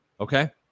okay